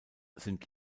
sind